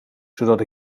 zodat